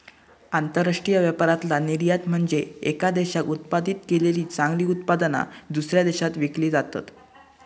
आंतरराष्ट्रीय व्यापारातला निर्यात म्हनजे येका देशात उत्पादित केलेली चांगली उत्पादना, दुसऱ्या देशात विकली जातत